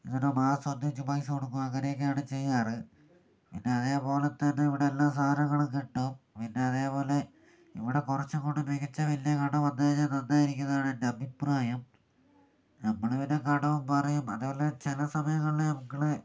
അങ്ങനെ മാസം ഒന്നിച്ച് പൈസ കൊടുക്കും അങ്ങനെയൊക്കെയാണ് ചെയ്യാറ് പിന്നെ അതുപോലെതന്നെ ഇവിടെ എല്ലാ സാധനങ്ങളും കിട്ടും പിന്നെ അതേപോലെ ഇവിടെ കുറച്ചുംകൂടി മികച്ച വലിയ കട വന്നു കഴിഞ്ഞാൽ നന്നായിരിക്കും എന്നാണ് എൻ്റെ അഭിപ്രായം നമ്മൾ പിന്നെ കടവും പറയും അതുപോലെ ചില സമയങ്ങളിൽ നമ്മൾ